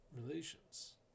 relations